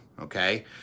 okay